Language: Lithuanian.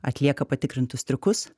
atlieka patikrintus triukus